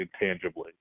intangibly